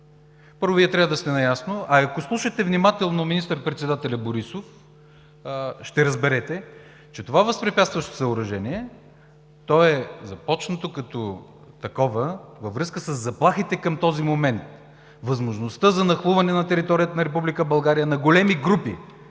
Първо, Вие трябва да сте наясно, а и ако слушате внимателно министър-председателя Борисов, ще разберете, че това възпрепятстващо съоръжение е започнато като такова, във връзка със заплахите към този момент – възможността за нахлуване на територията на Република България